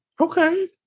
Okay